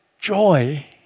joy